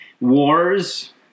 wars